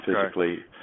physically